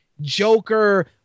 Joker